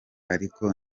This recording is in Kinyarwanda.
ariko